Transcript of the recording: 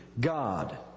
God